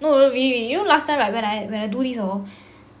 no no really really you know last time right when I when I do this hor